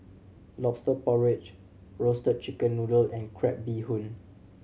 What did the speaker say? Lobster Porridge Roasted Chicken Noodle and crab bee hoon